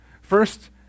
First